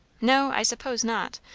no, i suppose not.